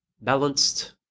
Balanced